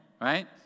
right